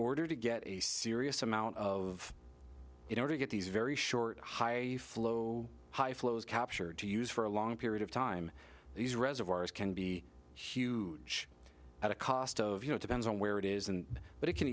order to get a serious amount of you know to get these very short high flow high flows captured to use for a long period of time these reservoirs can be huge at a cost of you know depends on where it is and what it can